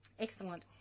Excellent